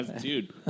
Dude